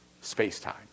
space-time